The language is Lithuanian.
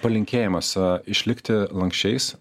palinkėjimas išlikti lanksčiais